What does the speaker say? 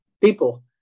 people